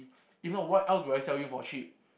if not what else will I sell you for cheap